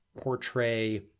portray